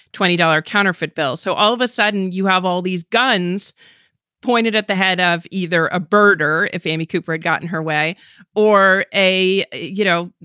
twenty dollar counterfeit bill. so all of a sudden, you have all these guns pointed at the head of either a birder or if amy cooper had gotten her way or a, you know,